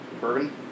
Bourbon